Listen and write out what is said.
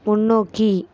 முன்னோக்கி